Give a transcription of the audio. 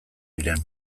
diren